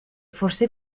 forse